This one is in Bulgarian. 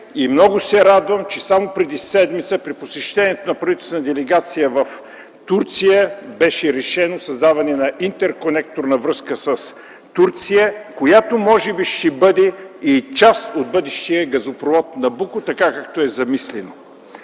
Много се радвам, че само преди седмица - при посещението на правителствена делегация в Турция - беше решено създаване на интерконекторна връзка с Турция, която може би ще бъде част от бъдещия газопровод „Набуко”, така както е замислено.